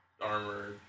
armor